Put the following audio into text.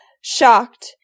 shocked